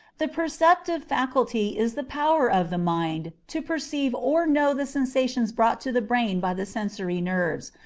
the perceptive faculty is the power of the mind to perceive or know the sensations brought to the brain by the sensory nerves,